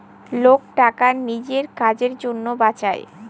লোক টাকা নিজের কাজের জন্য বাঁচায়